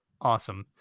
awesome